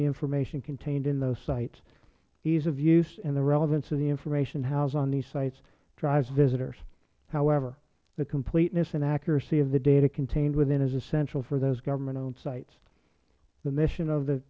the information contained in those sites ease of use and the relevance of the information housed on these sites drives visitors however the completeness and accuracy of the data contained within is essential for those government owned sites the mission of the